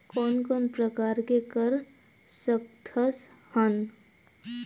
कोन कोन प्रकार के कर सकथ हन?